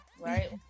right